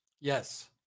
Yes